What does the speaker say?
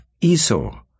Esau